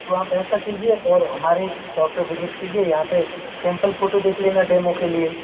तो आप ऐसा कीजिए और हमारे सोप पर विजिट कीजिए यहाँ पर सैंपल फ़ोटो देख लेना डेमो के लिए